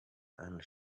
and